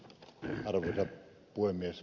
arvoisa puhemies